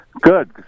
Good